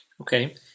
Okay